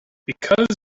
because